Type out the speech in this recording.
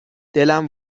دلم